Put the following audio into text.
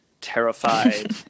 terrified